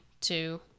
two